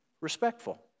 respectful